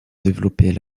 développer